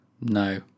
No